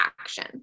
action